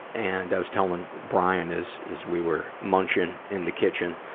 and i was telling brian as, as we were munching in the kitchen,